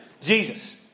Jesus